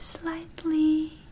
Slightly